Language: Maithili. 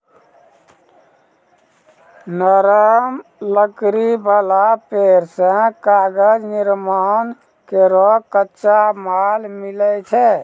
नरम लकड़ी वाला पेड़ सें कागज निर्माण केरो कच्चा माल मिलै छै